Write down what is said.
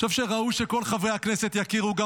אני חושב שראוי שכל חברי הכנסת יכירו אותו,